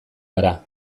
gara